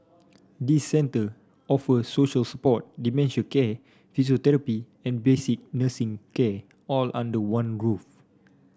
these centre offer social support dementia care physiotherapy and basic nursing care all under one roof